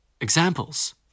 Examples